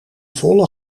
volle